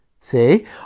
see